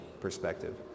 perspective